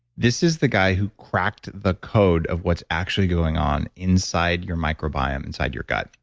this is the guy who cracked the code of what's actually going on inside your microbiome inside your gut.